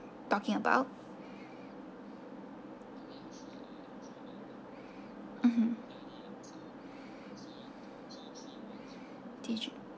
talking about mmhmm T J